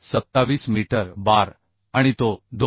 27 metre बार आणि तो 255 1